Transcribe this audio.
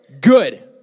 Good